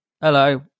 hello